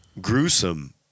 gruesome